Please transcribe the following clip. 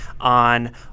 on